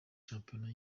shampiyona